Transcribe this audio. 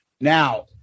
now